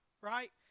right